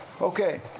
Okay